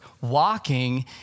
Walking